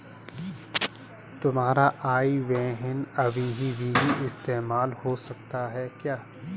तुम्हारा IBAN अभी भी इस्तेमाल हो सकता है क्या?